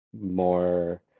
more